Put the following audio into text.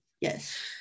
Yes